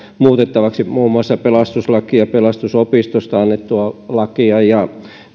muutettavaksi muun muassa pelastuslakia pelastusopistosta annettua lakia ja